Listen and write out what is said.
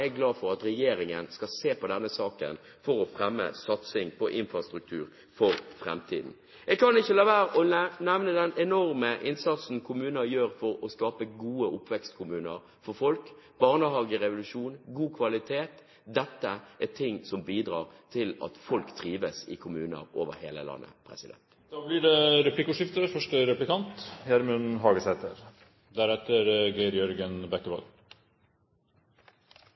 er glad for at regjeringen skal se på denne saken for å fremme satsing på infrastruktur for framtiden. Jeg kan ikke la være å nevne den enorme innsatsen kommunene gjør for å skape gode oppvekstkommuner for folk. Barnehagerevolusjon og god kvalitet er ting som bidrar til at folk trives i kommuner over hele landet. Det blir replikkordskifte.